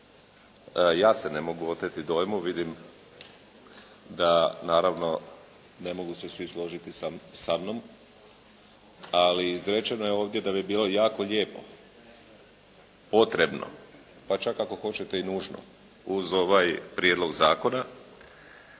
Ja se ne mogu oteti dojmu, vidim da naravno ne mogu se svi složiti sa mnom, ali izrečeno je ovdje da bi bilo jako lijepo, potrebno, pa čak ako hoćete i nužno uz ovaj prijedlog zakona